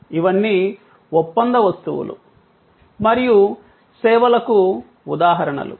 ఇవన్నీ ఒప్పంద వస్తువులు మరియు సేవలకు ఉదాహరణలు